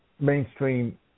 mainstream